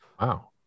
Wow